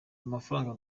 amafaranga